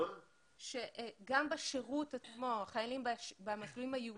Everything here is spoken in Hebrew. גם בשירות עצמו, החיילים במסלולים הייעודים,